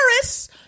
paris